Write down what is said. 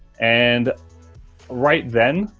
and right then,